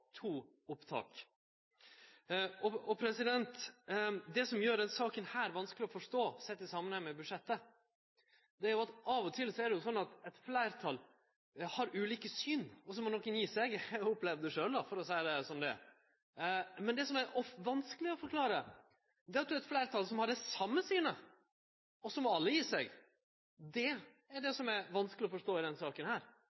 to opptak. Det som gjer denne saka vanskeleg å forstå, sett i samanheng med budsjettet, er at av og til er det sånn at eit fleirtal har ulike syn, og så må nokon gje seg. Eg har opplevd det sjølv, for å seie det som det er. Men det som er vanskeleg å forklare, er når det er eit fleirtal som har det same synet, og så må alle gje seg. Det er det